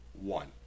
one